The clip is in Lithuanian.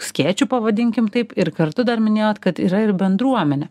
skėčiu pavadinkim taip ir kartu dar minėjot kad yra ir bendruomenė